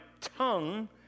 tongue